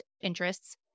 interests